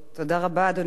חברי חברי הכנסת,